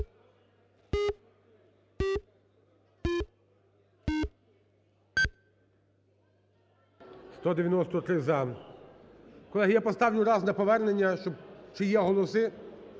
я поставлю раз на повернення, щоб… чи є голоси.